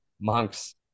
monks